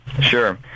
Sure